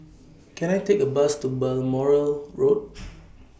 Can I Take A Bus to Balmoral Road